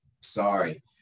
sorry